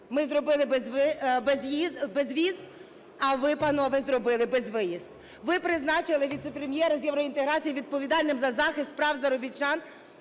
ми зробили безвіз, а ви, панове, зробили безвиїзд. Ви призначили віце-прем'єра з євроінтеграції відповідальним за захист прав заробітчан.